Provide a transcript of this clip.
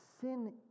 sin